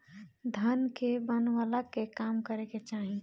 धन के बनवला के काम करे के चाही